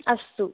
अस्तु